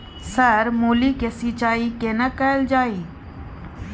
Sir मूली के सिंचाई केना कैल जाए?